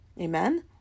Amen